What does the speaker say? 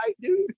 dude